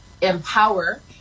empower